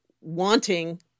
wanting